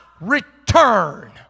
return